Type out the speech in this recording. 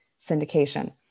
syndication